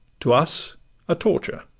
to us a torture.